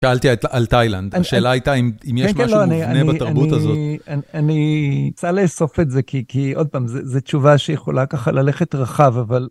שאלתי על תאילנד, השאלה הייתה אם יש משהו מובנה בתרבות הזאת. אני צריכה לאסוף את זה, כי עוד פעם, זה תשובה שיכולה ככה ללכת רחב, אבל...